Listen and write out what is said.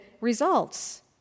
results